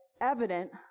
evident